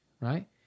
right